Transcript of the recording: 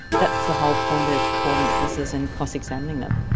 that's the whole point of calling witnesses and cross examining them.